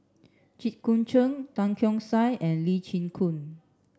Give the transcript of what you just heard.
Jit Koon Ch'ng Tan Keong Saik and Lee Chin Koon